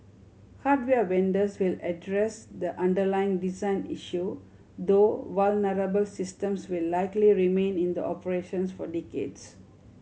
hardware vendors will address the underlying design issue though vulnerable systems will likely remain in the operations for decades